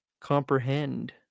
comprehend